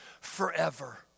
forever